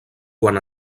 quan